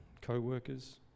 co-workers